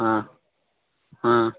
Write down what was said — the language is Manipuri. ꯑꯥ ꯑꯥ